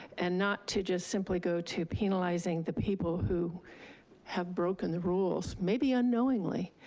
and not to just simply go to penalizing the people who have broken the rules, maybe unknowingly.